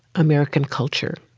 american culture.